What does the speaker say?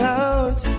out